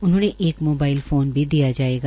उन्हे एक mobile phone भी दिया जाएगा